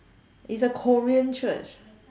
it's a Korean church